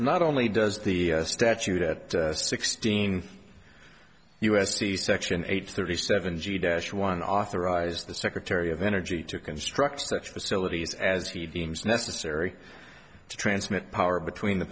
not only does the statute at sixteen u s c section eight thirty seven g dash one authorizes the secretary of energy to construct such facilities as he deems necessary to transmit power between the